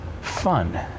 fun